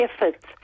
efforts